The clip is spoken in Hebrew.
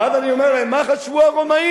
ואז אני אומר להם: מה חשבו הרומאים,